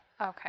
Okay